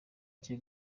cyo